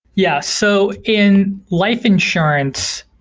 yeah. so in life insurance,